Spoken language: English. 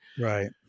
Right